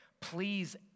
please